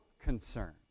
concern